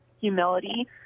humility—